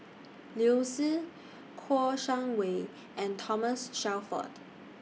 Liu Si Kouo Shang Wei and Thomas Shelford